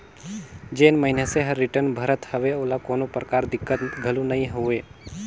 जेन मइनसे हर रिटर्न भरत हवे ओला कोनो परकार दिक्कत घलो नइ होवे